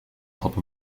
top